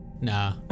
Nah